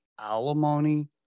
alimony